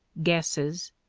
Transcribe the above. guesses,